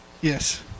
Yes